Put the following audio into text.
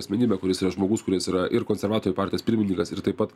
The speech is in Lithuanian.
asmenybė kuris yra žmogus kuris yra ir konservatorių partijos pirmininkas ir taip pat